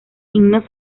himnos